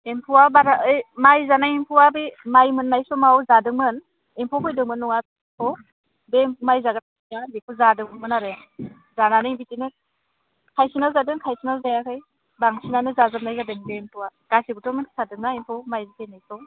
एम्फौआ बारा माइ जानाय एम्फौआ बे माइ मोननाय समाव जादोमोन एम्फौ फैदोंमोन बे माइ जाग्राया बेखौ जादोंमोन आरो जानानै बिदिनो खायसेना जादों खायसेना जायाखै बांसिनानो जाजोबनाय जादो बे एम्फौआ गासिबोथ' मिथिखाजोबनाय एम्फौ माइ थैनायखौ